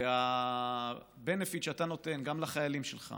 וגם ה-benefit שאתה נותן לחיילים שלך